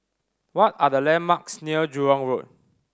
what are the landmarks near Jurong Road